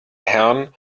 herrn